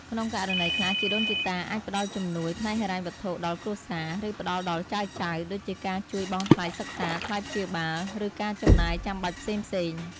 ក្នុងករណីខ្លះ ជីដូនជីតាអាចផ្តល់ជំនួយផ្នែកហិរញ្ញវត្ថុដល់គ្រួសារ ឬផ្ដល់ដល់ចៅៗ ដូចជាការជួយបង់ថ្លៃសិក្សា ថ្លៃព្យាបាល ឬការចំណាយចាំបាច់ផ្សេងៗ។